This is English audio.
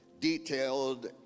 detailed